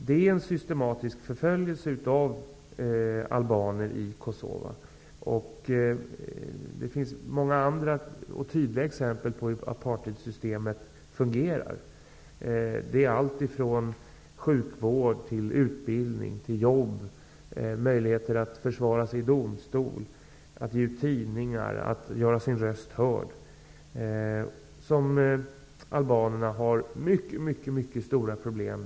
Det är en systematisk förföljelse av albaner i Kosova, och det finns många andra och tydliga exempel på hur apartheidsystemet fungerar. Vad gäller alltifrån sjukvård till utbildning, jobb, möjligheter att försvara sig i domstol, att ge ut tidningar och att göra sin röst hörd har albanerna mycket stora problem.